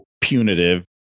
punitive